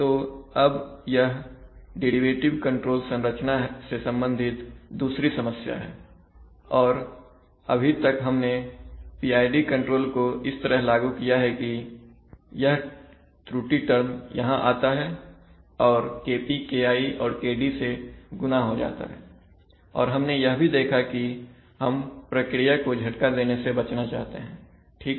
तो अब यह डेरिवेटिव कंट्रोल संरचना से संबंधित दूसरी समस्या है और अभी तक हमने PID कंट्रोल को इस तरह लागू किया है कि यह त्रुटि टर्म यहां जाता है और KP KI और KD से गुना हो जाता हैऔर हमने यह भी देखा कि हम प्रक्रिया को झटका देने से बचना चाहते हैं ठीक है